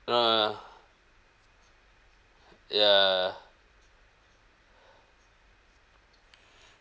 no ya ya ya